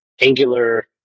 Angular